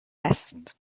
است